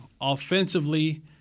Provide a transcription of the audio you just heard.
Offensively